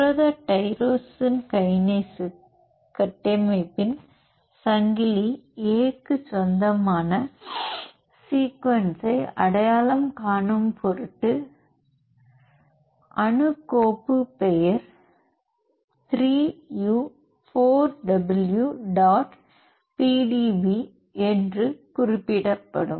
புரத tyrosine kinase கட்டமைப்பின் சங்கிலி A க்குச் சொந்தமான சீக்வென்ஸ் சை அடையாளம் காணும் பொருட்டு அணு கோப்பு பெயர் 3 u 4 w புள்ளி pdb என்று குறிப்பிடப்படும்